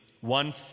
one